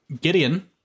Gideon